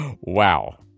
Wow